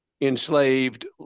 enslaved